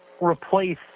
replace